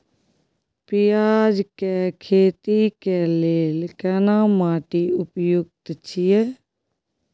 पियाज के खेती के लेल केना माटी उपयुक्त छियै?